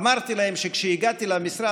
אמרתי להם שכשהגעתי למשרד,